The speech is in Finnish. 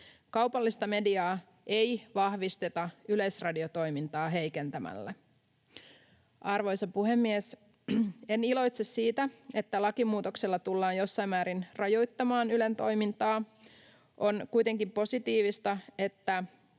Kaupallista mediaa ei vahvisteta yleisradiotoimintaa heikentämällä. Arvoisa puhemies! En iloitse siitä, että lakimuutoksella tullaan jossain määrin rajoittamaan Ylen toimintaa. On kuitenkin positiivista, että